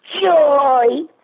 Joy